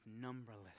numberless